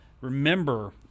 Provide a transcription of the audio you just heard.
remember